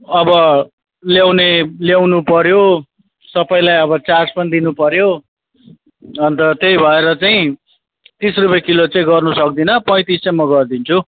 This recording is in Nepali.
अब ल्याउने ल्याउनु पऱ्यो सबैलाई अब चार्ज पनि दिनु पऱ्यो अन्त त्यही भएर चाहिँ तिस रुपे किलो चाहिँ गर्नु सक्दिनँ पैँतिस चाहिँ म गरिदिन्छु